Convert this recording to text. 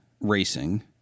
racing